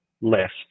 list